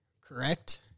correct